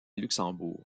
luxembourg